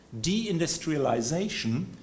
deindustrialization